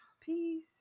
peace